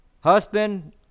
Husband